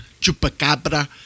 Chupacabra